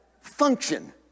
function